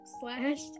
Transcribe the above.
slash